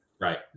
Right